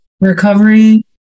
recovery